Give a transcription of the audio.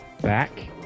back